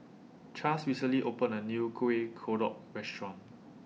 Chaz recently opened A New Kueh Kodok Restaurant